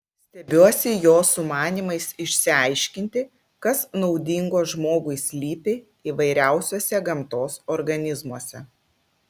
stebiuosi jo sumanymais išsiaiškinti kas naudingo žmogui slypi įvairiausiuose gamtos organizmuose